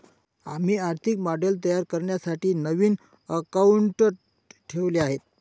आम्ही आर्थिक मॉडेल तयार करण्यासाठी नवीन अकाउंटंट ठेवले आहे